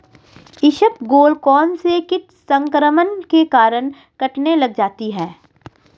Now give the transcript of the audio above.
इसबगोल कौनसे कीट संक्रमण के कारण कटने लग जाती है?